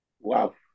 Wow